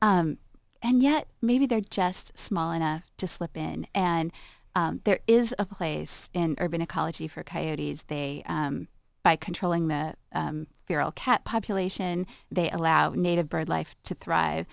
and yet maybe they're just small enough to slip in and there is a place in urban ecology for coyote's they by controlling the feral cat population they allow the native birdlife to thrive